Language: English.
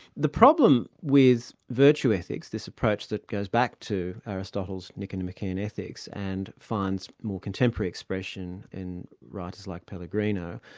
the problem with virtue ethics, this approach that goes back to aristotle's nicomachean ethics, and finds more contemporary expression in writers like pellegrino,